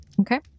Okay